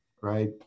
right